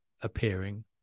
appearing